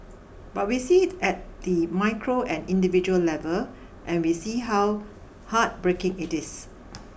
but we see it at the micro and individual level and we see how heartbreaking it is